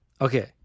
okay